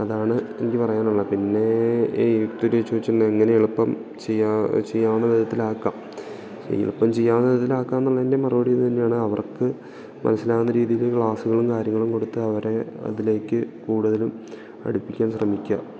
അതാണ് എനിക്ക് പറയാനുള്ളത് പിന്നെ ഈ ചോദിച്ചില്ലേ എങ്ങനെ എളുപ്പം ചെയ്യാം ചെയ്യാവുന്ന വിധത്തിലാക്കാം എളുപ്പം ചെയ്യാവുന്ന വിധത്തിലാക്കാം ഉള്ളതിൻ്റെ മറുപടി ഇത് തന്നെയാണ് അവർക്ക് മനസ്സിലാവുന്ന രീതിയിൽ ക്ലാസ്സുകളും കാര്യങ്ങളും കൊടുത്ത് അവരെ അതിലേക്ക് കൂടുതലും അടുപ്പിക്കാൻ ശ്രമിക്കുക